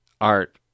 art